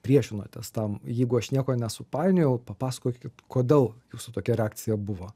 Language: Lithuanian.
priešinotės tam jeigu aš nieko nesupainiojau papasakokit kodėl jūsų tokia reakcija buvo